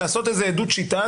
לעשות איזה עדות שיטה,